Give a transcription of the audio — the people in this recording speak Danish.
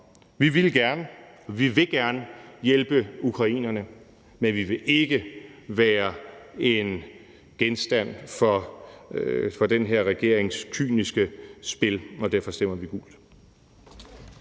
vi vil gerne hjælpe ukrainerne, men vi vil ikke være genstand for den her regerings kyniske spil, og derfor stemmer vi gult.